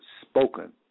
spoken